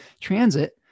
transit